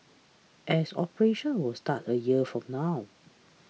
as operations will start a year from now